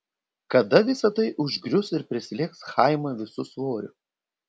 kada visa tai užgrius ir prislėgs chaimą visu svoriu